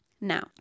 Now